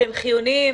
שהם חיוניים